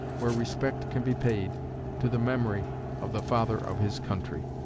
where respect can be paid to the memory of the father of his country.